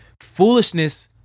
foolishness